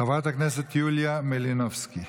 חברת הכנסת יוליה מלינובסקי.